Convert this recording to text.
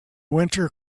winter